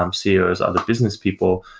um ceos, other business people,